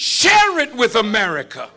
share it with america